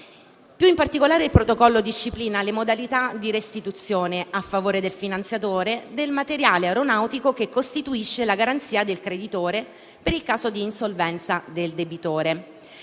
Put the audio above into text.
Più in particolare il Protocollo disciplina le modalità di restituzione a favore del finanziatore del materiale aeronautico che costituisce la garanzia del creditore per il caso di insolvenza del debitore.